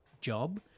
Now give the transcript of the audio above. job